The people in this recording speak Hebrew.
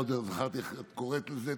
לא זכרתי איך את קוראת לזה,